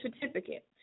certificate